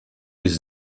his